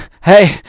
hey